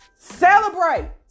celebrate